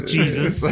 Jesus